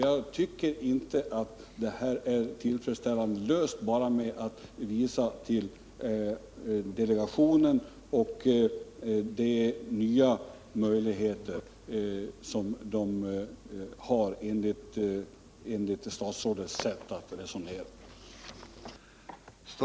Jag tycker inte att problemet är tillfredsställande löst bara genom att statsrådet hänvisar till delegationen och de nya möjligheter som den ger enligt statsrådets sätt att resonera.